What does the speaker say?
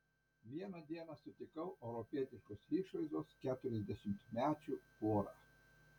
vieną dieną sutikau europietiškos išvaizdos keturiasdešimtmečių porą